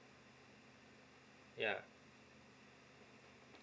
yeah